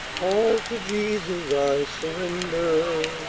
all to jesus i surrender!